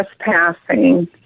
trespassing